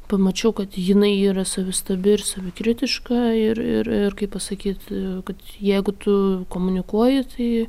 pamačiau kad jinai yra savistabi ir savikritiška ir ir ir kaip pasakyt kad jeigu tu komunikuoji tai